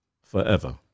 forever